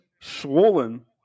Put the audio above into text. swollen